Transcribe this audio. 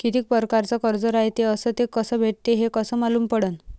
कितीक परकारचं कर्ज रायते अस ते कस भेटते, हे कस मालूम पडनं?